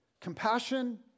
Compassion